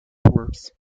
works